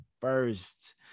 first